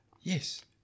yes